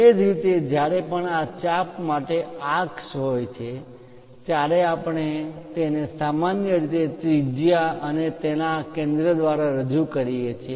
એ જ રીતે જ્યારે પણ આ ચાપ માટે આર્ક્સ હોય છે ત્યારે આપણે તેને સામાન્ય રીતે ત્રિજ્યા અને તેના કેન્દ્ર દ્વારા રજૂ કરીએ છીએ